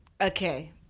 Okay